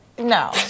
no